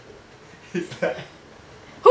it's like